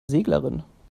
seglerin